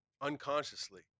unconsciously